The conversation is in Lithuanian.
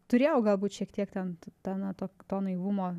turėjau galbūt šiek tiek ten te na to to naivumo